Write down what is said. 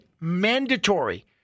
Mandatory